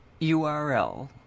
URL